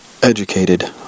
educated